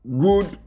good